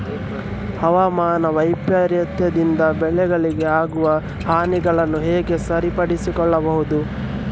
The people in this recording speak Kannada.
ಹವಾಮಾನ ವೈಪರೀತ್ಯದಿಂದ ಬೆಳೆಗಳಿಗೆ ಆಗುವ ಹಾನಿಗಳನ್ನು ಹೇಗೆ ಸರಿಪಡಿಸಬಹುದು?